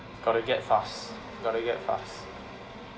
gotta get fast gotta get fast